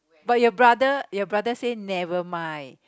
but your brother your brother say never mind